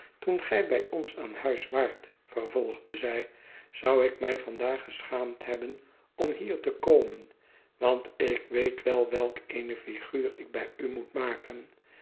toen gij bij ons aan huis waart vervolgde zij zou ik mij vandaag geschaamd hebben om hier te komen want ik weet wel welk eene figuur ik bij u moet maken